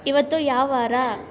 ಇವತ್ತು ಯಾವ ವಾರ